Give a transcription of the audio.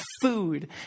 food